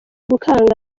gukanga